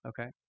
Okay